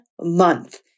month